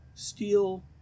Steel